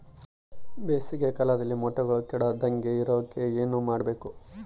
ಬೇಸಿಗೆ ಕಾಲದಲ್ಲಿ ಮೊಟ್ಟೆಗಳು ಕೆಡದಂಗೆ ಇರೋಕೆ ಏನು ಮಾಡಬೇಕು?